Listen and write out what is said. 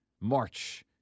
March